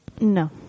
No